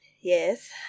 Yes